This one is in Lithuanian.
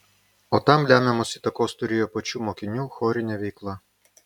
o tam lemiamos įtakos turėjo pačių mokinių chorinė veikla